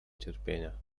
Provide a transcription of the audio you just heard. cierpienia